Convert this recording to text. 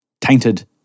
tainted